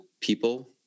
people